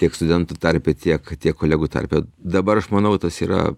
tiek studentų tarpe tiek tiek kolegų tarpe dabar aš manau tas yra